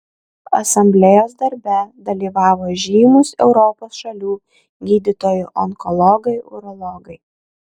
asamblėjos darbe dalyvavo žymūs europos šalių gydytojai onkologai urologai